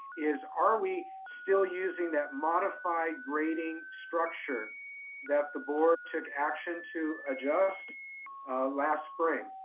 is are we still using that modified grading structure that the board took action to adjust last spring?